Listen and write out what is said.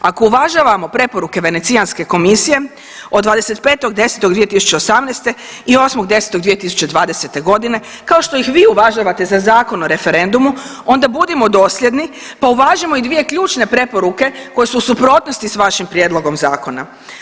Ako uvažavamo preporuke Venecijanske komisije od 25.10.2018. i 8.10. 2020. godine kao što ih uvažavate za Zakon o referendumu onda budimo dosljedni pa uvažimo i 2 ključne preporuke koje su u suprotnosti s vašim prijedlogom zakona.